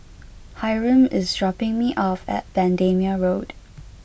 Hyrum is dropping me off at Bendemeer Road